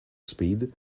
speed